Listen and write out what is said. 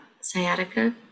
sciatica